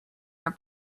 your